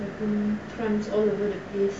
friends